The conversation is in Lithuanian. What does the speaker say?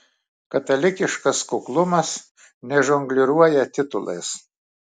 katalikiškas kuklumas nežongliruoja titulais